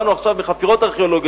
באנו עכשיו מחפירות ארכיאולוגיות,